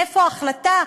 איפה ההחלטה?